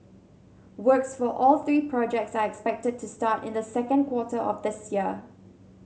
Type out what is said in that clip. works for all three projects are expected to start in the second quarter of this year